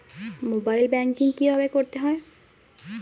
Mobile banking কীভাবে করতে হয়?